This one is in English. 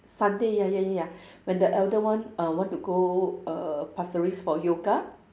Sunday ya ya ya ya when the elder one uh want to go err pasir ris for yoga